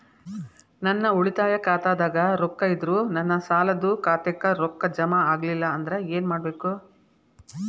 ನನ್ನ ಉಳಿತಾಯ ಖಾತಾದಾಗ ರೊಕ್ಕ ಇದ್ದರೂ ನನ್ನ ಸಾಲದು ಖಾತೆಕ್ಕ ರೊಕ್ಕ ಜಮ ಆಗ್ಲಿಲ್ಲ ಅಂದ್ರ ಏನು ಮಾಡಬೇಕು?